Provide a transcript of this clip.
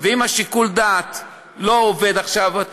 ואם שיקול הדעת לא עובד עכשיו,